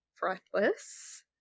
breathless